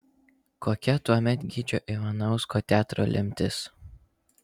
kokia tuomet gyčio ivanausko teatro lemtis